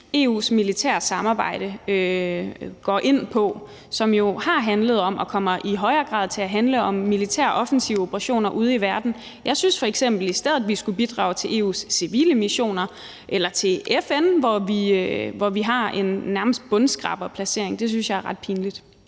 EU's militære samarbejde har taget, som jo har handlet om, og som i højere grad kommer til at handle om militære offensive operationer ude i verden. Jeg synes f.eks., at vi i stedet skulle bidrage til EU's civile missioner eller til FN, hvor vi nærmest har en bundskraberplacering – det synes jeg er ret pinligt.